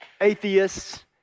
atheists